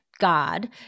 God